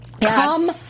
come